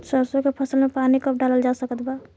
सरसों के फसल में पानी कब डालल जा सकत बा?